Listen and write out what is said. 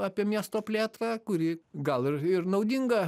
apie miesto plėtrą kuri gal ir ir naudinga